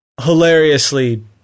hilariously